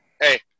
Hey